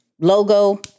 logo